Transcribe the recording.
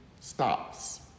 stops